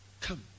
come